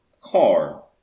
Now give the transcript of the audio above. car